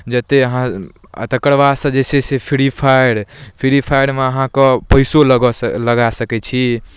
जतेक अहाँ आओर तकर बादसँ जे छै से फ्री फायर फ्री फायरमे अहाँके पइसो लगौ लगा सकै छी